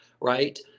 right